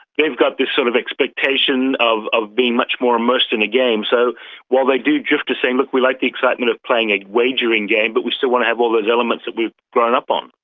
they've got this sort of expectation of of being much more immersed in a game. so while they do drift to saying, look, we like the excitement of playing a wagering game but we still want to have all those elements that we've grown up um